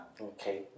Okay